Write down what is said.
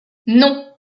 non